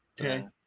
Okay